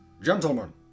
Gentlemen